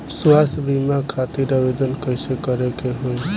स्वास्थ्य बीमा खातिर आवेदन कइसे करे के होई?